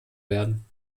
werden